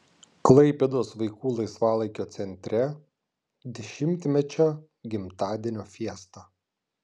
klaipėdos vaikų laisvalaikio centre dešimtmečio gimtadienio fiesta